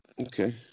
Okay